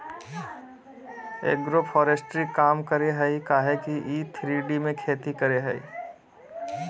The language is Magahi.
एग्रोफोरेस्ट्री काम करेय हइ काहे कि इ थ्री डी में खेती करेय हइ